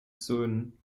söhnen